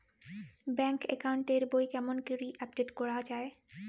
Bank account এর বই কেমন করি আপডেট করা য়ায়?